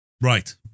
Right